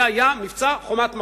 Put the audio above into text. זה היה מבצע "חומת מגן".